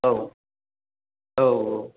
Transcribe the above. औ औ औ